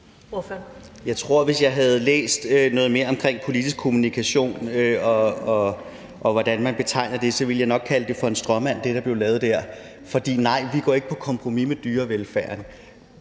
Jeg tror, at hvis jeg havde læst noget mere om politisk kommunikation, og hvordan man betegner det, ville jeg nok kalde det, der blev lavet der, for en stråmand. For nej, vi går ikke på kompromis med dyrevelfærden.